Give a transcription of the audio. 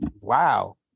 wow